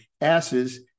asses